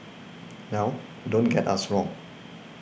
now don't get us wrong